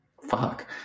Fuck